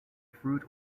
fruit